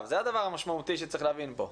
זה הדבר המשמעותי שצריך להבין כאן.